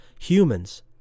Humans